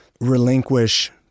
relinquish